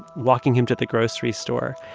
walking him to the grocery store.